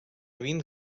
vint